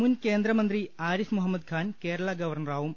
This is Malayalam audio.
മുൻകേന്ദ്രമന്ത്രി ആരിഫ് മുഹമ്മദ്ഖാൻ കേരള ഗവർണ്ണറാകും